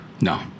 no